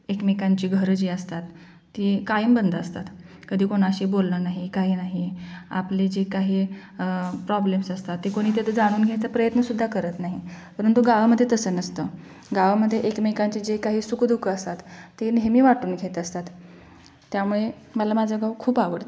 एकमेकांची घरं जी असतात ती कायम बंद असतात कधी कोणाशी बोलणं नाही काही नाही आपले जे काही प्रॉब्लेम्स असतात ते कोणी तिथे जाणून घ्यायचा प्रयत्नसुद्धा करत नाही परंतु गावामध्ये तसं नसतं गावामध्ये एकमेकांच्या जे काही सुखदुःख असतात ते नेहमी वाटून घेत असतात त्यामुळे मला माझं गाव खूप आवडतं